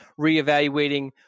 reevaluating